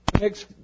Next